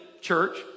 church